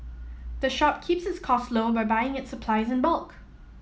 the shop keeps its cost low by buying its supplies in bulk